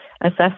assess